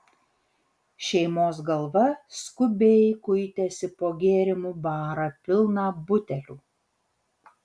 šeimos galva skubiai kuitėsi po gėrimų barą pilną butelių